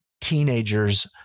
teenagers